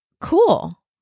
cool